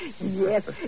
Yes